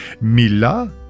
mila